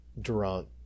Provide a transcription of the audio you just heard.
Durant